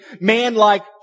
man-like